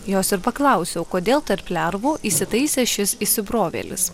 jos ir paklausiau kodėl tarp lervų įsitaisė šis įsibrovėlis